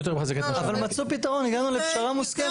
אבל מצאו פתרון, הגענו לפשרה מוסכמת.